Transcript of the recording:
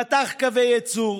פתח קווי ייצור,